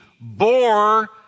bore